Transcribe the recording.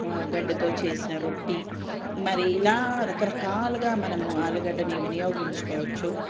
గడ్డతో చేసిన రొట్టే మరి ఇలా రకరకాలుగా మనము ఆలుగడ్డని వినియోగించుకోవచ్చు